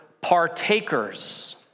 Partakers